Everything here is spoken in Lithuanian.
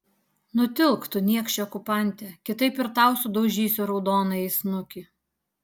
nutilk tu niekše okupante kitaip ir tau sudaužysiu raudonąjį snukį